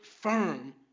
firm